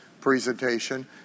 presentation